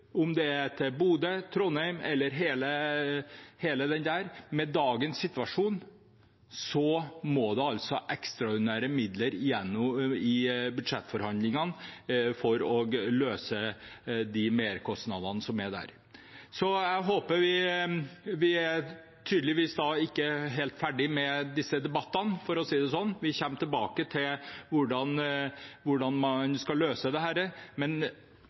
det er til Bodø, Trondheim eller det hele, med dagens situasjon, må det komme ekstraordinære midler gjennom budsjettforhandlingene for å løse merkostnadene. Vi er tydeligvis ikke helt ferdige med disse debattene. Vi kommer tilbake til hvordan man skal løse dette. Vær sikker på at Venstre – som virkelig hadde gledet seg til at Hurtigruten skulle bli mye mer miljøvennlig fra 1. januar 2021, det var liksom det store for oss, men